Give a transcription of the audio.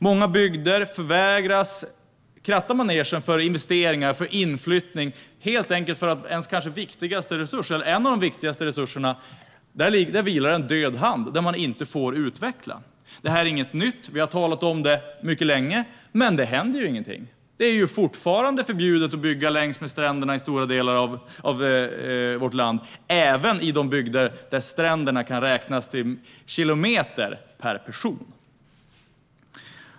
Många bygder förvägras möjligheten att kratta manegen för investeringar och inflyttning helt enkelt för att det vilar en död hand över en av deras viktigaste resurser. Man får inte utveckla. Detta är inget nytt - vi har talat om det mycket länge - men det händer ju ingenting. Det är fortfarande förbjudet att bygga längs med stränderna i stora delar av vårt land, även i bygder där stränderna kan räknas i kilometer per person.